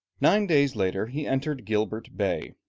nine days later he entered gilbert bay,